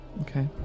Okay